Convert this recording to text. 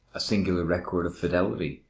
a singular record of fidelity,